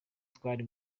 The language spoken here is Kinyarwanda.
twari